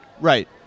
Right